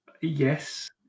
Yes